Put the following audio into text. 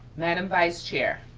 madam vice chair.